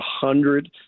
hundred